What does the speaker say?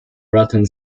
raton